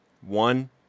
One